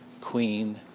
queen